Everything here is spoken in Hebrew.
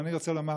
אני רוצה לומר,